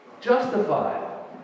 justified